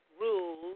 rules